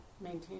Maintain